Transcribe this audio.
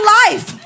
life